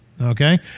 Okay